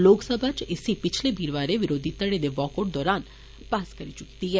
लोकसभा इसी पिच्छले वीरवारे विरोधी धड़े दे वाकआउट दरान पास करी चुंकी दी ऐ